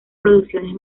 producciones